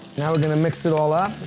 now we're gonna mix it all up,